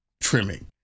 trimming